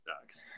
sucks